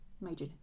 major